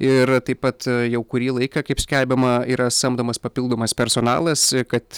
ir taip pat jau kurį laiką kaip skelbiama yra samdomas papildomas personalas kad